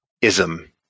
ism